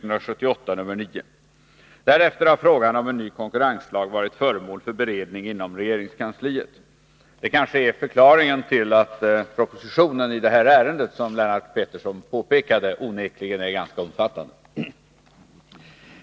Därefter har frågan om en ny konkurrenslag varit föremål för beredning inom regeringskansliet. Det kanske är förklaringen till att propositionen i ärendet onekligen — som Lennart Pettersson påpekade — är ganska omfattande.